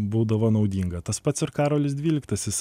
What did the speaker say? būdavo naudinga tas pats ir karolis dvyliktasis